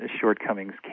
shortcomings